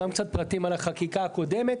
גם קצת פרטים על החקיקה הקודמת.